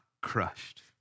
crushed